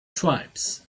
tribes